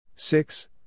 Six